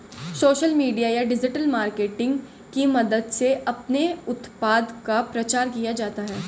social media या digital marketing की मदद से अपने उत्पाद का प्रचार किया जाता है